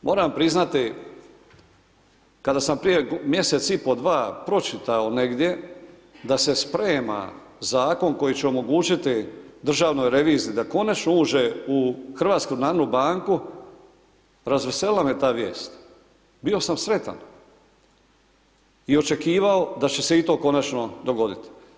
Moram priznati kada sam prije mjesec i pol, dva pročitao negdje da se sprema zakon koji će omogućiti Državnoj reviziji da konačno uđe u HNB, razveselila me ta vijest, bio sam sretan i očekivao da će se i to konačno dogoditi.